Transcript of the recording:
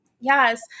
yes